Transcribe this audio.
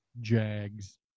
Jags